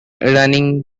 running